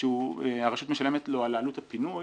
שהרשות משלמת לו על עלות הפינוי,